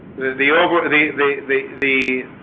the the over ah the the the the